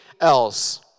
else